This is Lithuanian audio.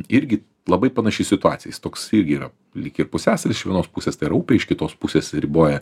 irgi labai panaši situacija jis toks irgi yra lyg ir pusiasalis iš vienos pusės tai yra upė iš kitos pusės riboja